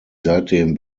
seitdem